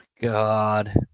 God